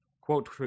quote